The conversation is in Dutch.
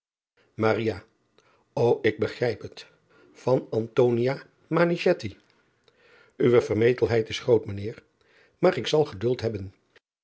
ô k begrijp het van we vermetelheid is groot mijn eer maar ik zal geduld nemen